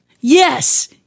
Yes